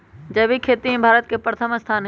जैविक खेती में भारत के प्रथम स्थान हई